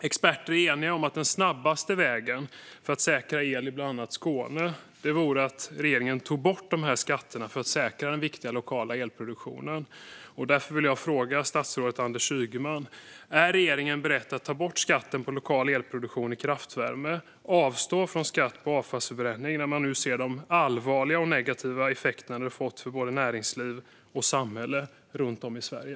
Experter är eniga om att den snabbaste vägen för att säkra el i bland annat Skåne vore att regeringen tog bort skatterna för att säkra den viktiga lokala elproduktionen. Därför vill jag fråga statsrådet Anders Ygeman om regeringen är beredd att ta bort skatten på lokal elproduktion i kraftvärmeverk och avstå från skatt på avfallsförbränning när man nu ser de allvarliga och negativa effekter den har fått för både näringsliv och samhälle runt om i Sverige.